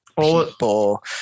people